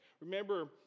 Remember